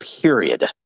Period